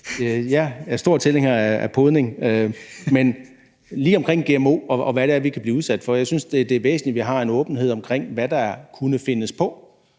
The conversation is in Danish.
Jeg er stor tilhænger af podning. Men lige med hensyn til gmo og hvad det er, vi kan blive udsat for, så synes jeg, det er væsentligt, at vi har en åbenhed omkring, hvad der kunne findes på;